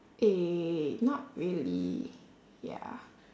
eh not really ya